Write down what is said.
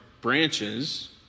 branches